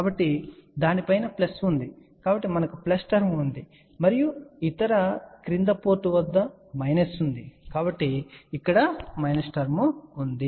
కాబట్టి దాని పైన ప్లస్ ఉంది కాబట్టి మనకు ప్లస్ టర్మ్ ఉంది మరియు ఇతర క్రింద పోర్ట్ వద్ద మైనస్ ఉంది కాబట్టి ఇక్కడ మైనస్ టర్మ్ ఉంది